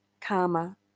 karma